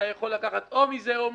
אתה יכול לקחת או מזה או מזה.